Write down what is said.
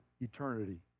eternity